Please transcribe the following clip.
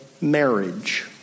marriage